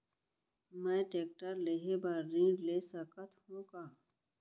मैं टेकटर लेहे बर ऋण ले सकत हो का?